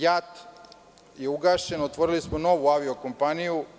JAT je ugašen, otvorili smo novu avio kompaniju.